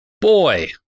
boy